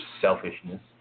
selfishness